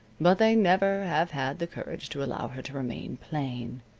but they never have had the courage to allow her to remain plain.